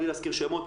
בלי להזכיר שמות,